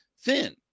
thin